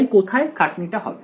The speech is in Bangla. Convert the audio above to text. তাই কোথায় খাটনিটা হবে